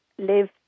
live